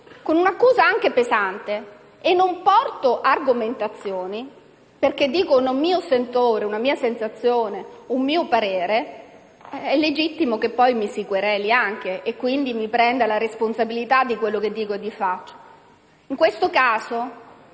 con un' accusa anche pesante, e non porto argomentazioni, perché dico che si tratta di un mio sentore, di una mia argomentazione e di un mio parere, è legittimo che mi si quereli anche e che quindi mi prenda la responsabilità di quello che dico e che faccio. In questo caso